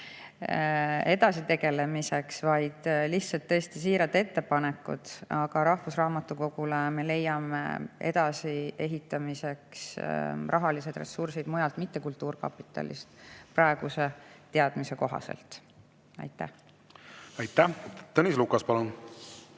edasi tegelemiseks, vaid tõesti siiras ettepanek. Rahvusraamatukogule me leiame edasi ehitamiseks rahalised ressursid mujalt, mitte kultuurkapitalist, praeguse teadmise kohaselt. Aitäh! Tõnis Lukas, palun!